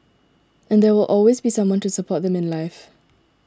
and there will always be someone to support them in life